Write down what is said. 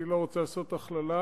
אני לא רוצה לעשות הכללה,